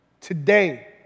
Today